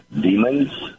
demons